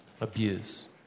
abuse